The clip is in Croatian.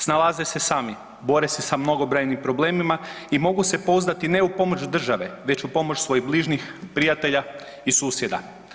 Snalaze se sami, bore se sa mnogobrojnim problemima i mogu se pouzdati ne u pomoć države već u pomoć svojih bližnjih, prijatelja i susjeda.